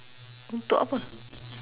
untuk apa